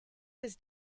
was